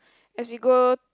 as we go